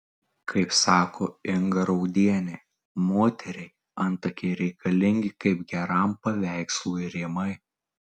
kaip sako inga raudienė moteriai antakiai reikalingi kaip geram paveikslui rėmai